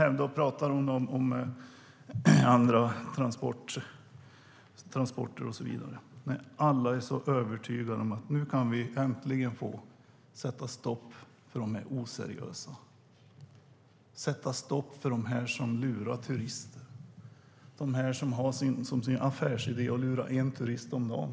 Hon talar om andra transporter och så vidare när alla är så övertygade om att vi nu äntligen kan sätta stopp för de oseriösa förare som lurar turister och som har som sin affärsidé att lura en turist om dagen.